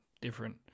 different